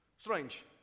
Strange